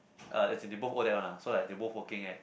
uh as in they both Odac [one] ah so like they both working at